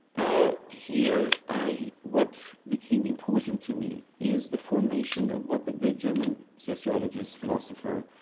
ah here i what became important to me is the formation of what the great german sociologist, philosopher,